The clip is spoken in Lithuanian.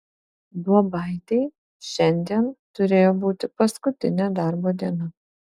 duobaitei šiandien turėjo būti paskutinė darbo diena